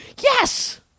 yes